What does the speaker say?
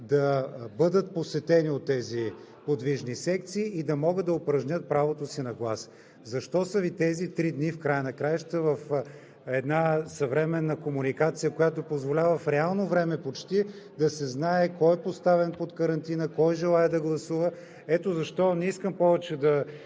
да бъдат посетени от тези подвижни секции и да могат да упражнят правото си на глас. Защо са Ви тези три дни в края на краищата в една съвременна комуникация, която позволява в реално време почти да се знае кой е поставен под карантина, кой желае да гласува. Ето защо не искам повече да